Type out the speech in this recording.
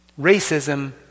Racism